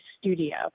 studio